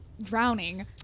drowning